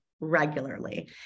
regularly